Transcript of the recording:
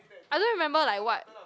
I don't remember like what